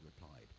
replied